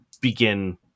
begin